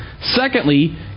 Secondly